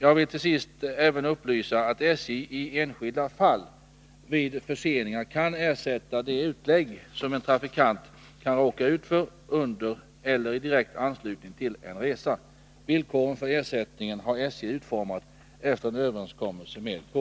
Jag vill till sist även upplysa att SJ i enskilda fall vid förseningar kan ersätta de utlägg som en trafikant kan råka ut för under eller i direkt anslutning till en resa. Villkoren för ersättningen har SJ utformat efter en överenskommelse med KO.